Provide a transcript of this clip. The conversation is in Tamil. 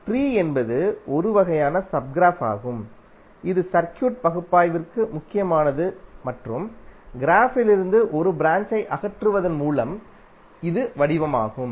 ட்ரீ என்பது ஒரு வகையான சப் க்ராஃப் ஆகும் இது சர்க்யூட் பகுப்பாய்விற்கு முக்கியமானது மற்றும் க்ராஃப்பிலிருந்து ஒரு ப்ராஞ்ச்சை அகற்றுவதன் மூலம் இது வடிவமாகும்